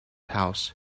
house